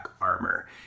armor